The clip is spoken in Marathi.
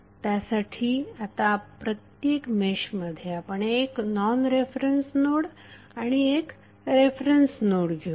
तर त्यासाठी आता प्रत्येक मेशमध्ये आपण एक नॉन रेफरन्स नोड आणि एक रेफरन्स नोड घेऊ